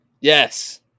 Yes